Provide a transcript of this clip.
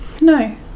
no